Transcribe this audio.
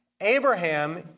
Abraham